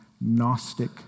Gnostic